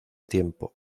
tiempo